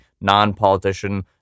non-politician